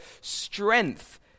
strength